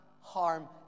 harm